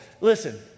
listen